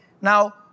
Now